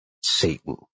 Satan